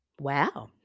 wow